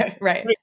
Right